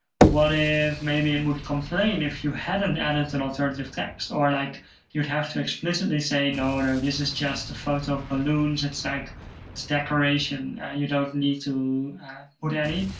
what if maybe and would complain if you haven't added an and alternative text, or like you'd have to explicitly say, no, no, this is just a photo of balloons. it's like it's decoration. you don't need to put any.